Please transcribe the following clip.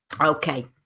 Okay